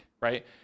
right